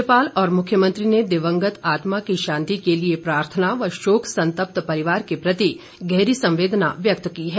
राज्यपाल और मुख्यमंत्री ने दिवंगत आत्मा की शांति के लिए प्रार्थना व शोक संतप्त परिवार के प्रति गहरी संवेदना व्यक्त की है